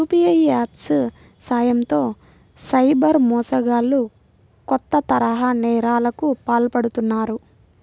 UPI apps సాయంతో cyber మోసగాళ్లు కొత్త తరహా నేరాలకు పాల్పడుతున్నారు